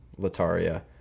lataria